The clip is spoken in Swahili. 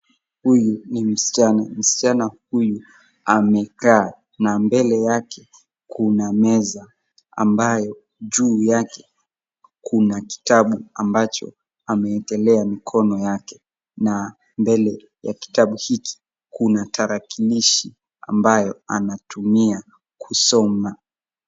Huyu ni msichana, msichana huyu amekaa, na mbele yake kuna meza, ambayo juu yake kuna kitabu, ambacho ameekelea mkono yake, na mbele ya kitabu hiki kuna tarakilishi, ambayo anatumia kusoma.